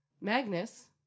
Magnus